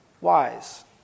wise